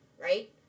right